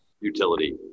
utility